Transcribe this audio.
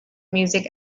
music